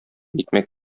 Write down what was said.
икмәк